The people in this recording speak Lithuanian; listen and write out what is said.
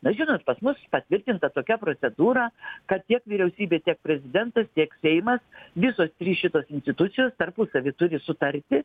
na žinot pas mus patvirtinta tokia procedūra kad tiek vyriausybė tiek prezidentas tiek seimas visos trys šitos institucijos tarpusavy turi sutarti